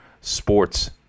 sports